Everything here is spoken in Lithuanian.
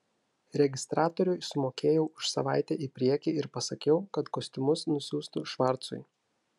registratoriui sumokėjau už savaitę į priekį ir pasakiau kad kostiumus nusiųstų švarcui